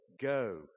go